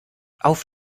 auf